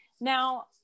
Now